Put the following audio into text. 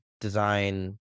design